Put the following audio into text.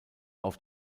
auf